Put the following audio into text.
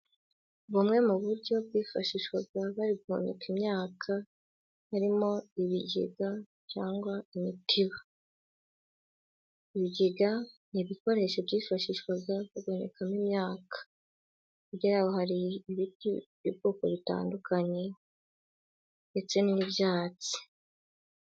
Bumwe mu buryo bwifashishwaga bari guhunika imyaka harimo ibigega cyangwa imitiba. Ibigega ibikoresho byifashishwaga mu guhunikamo imyaka, hirya y'aho hari ibiti by'ubwoko butandukanye ndetse n'ibyatsi.